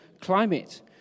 climate